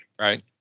Right